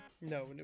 No